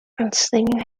unslinging